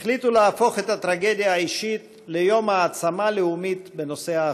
החליטו להפוך את הטרגדיה האישית ליום העצמה לאומית בנושא האחדות,